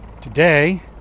Today